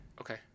okay